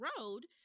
road